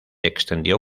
extendió